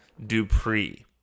Dupree